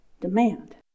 demand